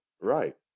Right